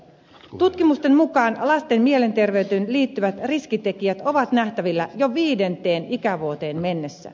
tutkimusten mukaan lasten mielenterveyteen liittyvät riskitekijät ovat nähtävillä jo viidenteen ikävuoteen mennessä